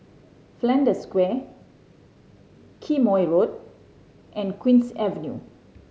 Flanders Square Quemoy Road and Queen's Avenue